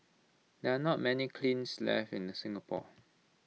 there are not many kilns left in Singapore